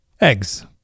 eggs